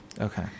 Okay